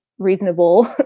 reasonable